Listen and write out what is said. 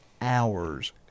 hours